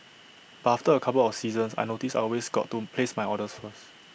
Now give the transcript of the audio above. but after A couple of seasons I noticed I always got to place my orders first